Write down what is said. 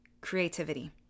creativity